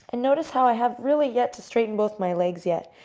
and notice how i have really yet to straighten both my legs yet.